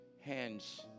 hands